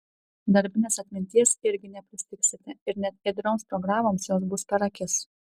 darbinės atminties irgi nepristigsite ir net ėdrioms programoms jos bus per akis